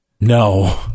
No